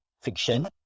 fiction